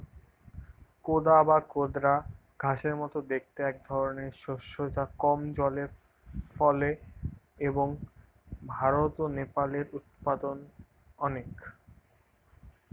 কোদা বা কোদরা ঘাসের মতো দেখতে একধরনের শস্য যা কম জলে ফলে এবং ভারত ও নেপালে এর উৎপাদন অনেক